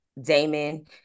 Damon